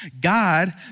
God